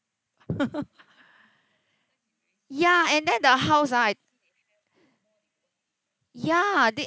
ya and then the house I ya they